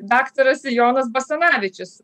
daktaras jonas basanavičius